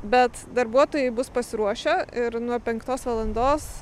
bet darbuotojai bus pasiruošę ir nuo penktos valandos